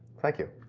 thank you.